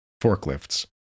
forklifts